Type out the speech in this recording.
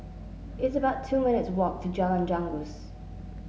it's about two minutes' walk to Jalan Janggus